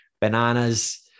bananas